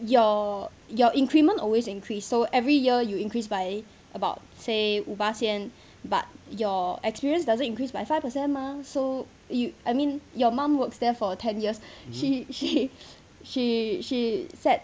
your your increment always increase so every year you increase by about say 五巴仙 but your experience doesn't increased by five percent mah so you I mean your mom works there for ten years she she she she set